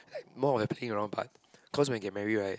more of the playing around part cause when you get married right